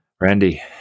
Randy